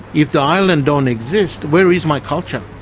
if the island don't exist, where is my culture?